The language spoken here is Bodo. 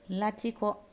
लाथिख'